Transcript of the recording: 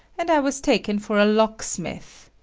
and i was taken for a locksmith.